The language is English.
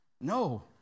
No